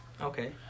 okay